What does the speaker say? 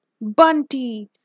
Bunty